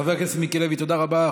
חבר הכנסת מיקי לוי, תודה רבה.